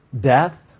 death